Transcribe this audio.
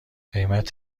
قیمت